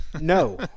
No